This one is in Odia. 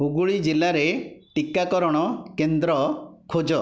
ହୁଗୁଳୀ ଜିଲ୍ଲାରେ ଟିକାକରଣ କେନ୍ଦ୍ର ଖୋଜ